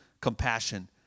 compassion